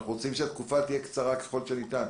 אנחנו רוצים שהתקופה תהיה קצרה ככל שניתן,